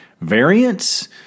variance